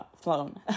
flown